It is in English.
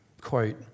quote